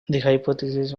hypothesis